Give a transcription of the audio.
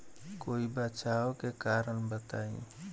कोई बचाव के कारण बताई?